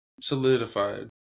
solidified